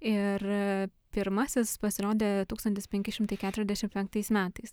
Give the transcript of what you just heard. ir pirmasis pasirodė tūkstantis penki šimtai keturiasdešim penktais metais